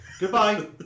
Goodbye